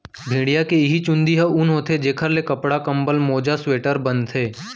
भेड़िया के इहीं चूंदी ह ऊन होथे जेखर ले कपड़ा, कंबल, मोजा, स्वेटर बनथे